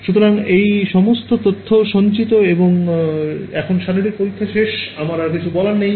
সুতরাং এই সমস্ত তথ্য সঞ্চিত এবং এখন শারীরিক পরীক্ষা শেষ আমার আর কিছুই করার নেই